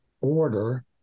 order